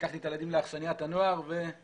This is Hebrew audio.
לקחתי את הילדים לאכסניית הנוער והטיול